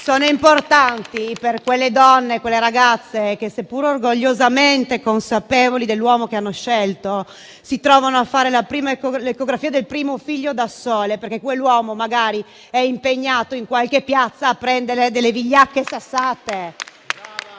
Sono importanti per quelle donne, quelle ragazze che, seppur orgogliosamente consapevoli dell'uomo che hanno scelto, si trovano a fare la prima ecografia per il primo figlio da sole, perché quell'uomo magari è impegnato in qualche piazza a prendere delle vigliacche sassate.